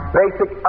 basic